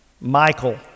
Michael